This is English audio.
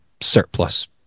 surplus